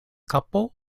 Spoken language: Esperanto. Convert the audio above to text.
kapo